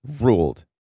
ruled